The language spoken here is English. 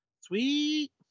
Sweet